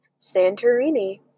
Santorini